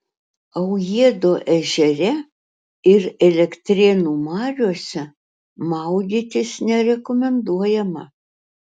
aujėdo ežere ir elektrėnų mariose maudytis nerekomenduojama